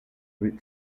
root